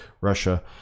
russia